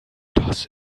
das